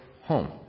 home